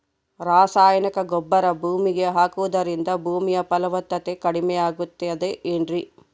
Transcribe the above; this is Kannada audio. ರಾಸಾಯನಿಕ ಗೊಬ್ಬರ ಭೂಮಿಗೆ ಹಾಕುವುದರಿಂದ ಭೂಮಿಯ ಫಲವತ್ತತೆ ಕಡಿಮೆಯಾಗುತ್ತದೆ ಏನ್ರಿ?